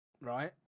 right